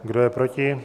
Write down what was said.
Kdo je proti?